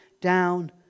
down